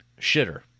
Shitter